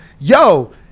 yo